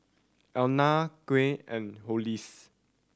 Allena Quint and Hollis